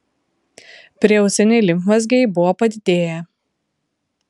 prieausiniai limfmazgiai buvo padidėję